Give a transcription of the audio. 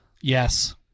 Yes